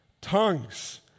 tongues